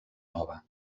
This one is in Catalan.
nova